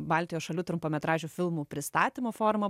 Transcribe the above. baltijos šalių trumpametražių filmų pristatymo formą